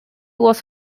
was